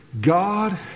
God